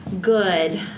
good